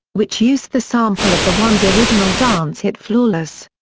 which used the sample of the ones' original dance hit flawless.